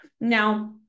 Now